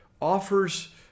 offers